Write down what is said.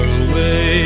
away